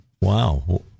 Wow